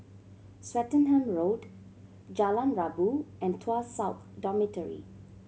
Swettenham Road Jalan Rabu and Tuas South Dormitory